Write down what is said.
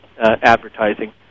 advertising